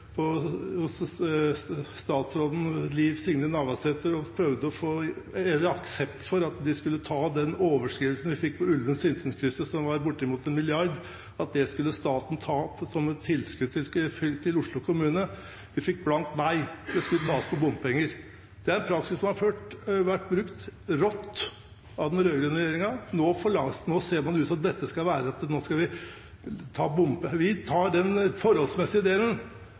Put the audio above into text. faktisk hos tidligere statsråd Liv Signe Navarsete og prøvde å få aksept for at de skulle ta den overskridelsen som kom på veiprosjektet Ulven–Sinsen, som var bortimot 1 mrd. kr, og gi den som et tilskudd til Oslo kommune. Men vi fikk et blankt nei. Det skulle tas inn med bompenger. Det er en praksis som har vært brukt rått av den rød-grønne regjeringen. Vi tar den forholdsmessige delen.